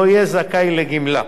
לא יהיה זכאי לגמלה.